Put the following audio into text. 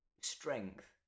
strength